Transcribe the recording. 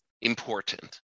important